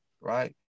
right